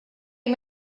you